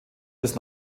bis